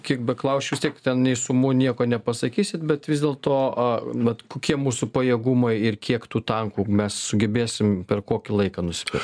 kiek beklausčiau vistiek ten nei sumų nieko nepasakysit bet vis dėlto bet kokie mūsų pajėgumai ir kiek tų tankų mes sugebėsim per kokį laiką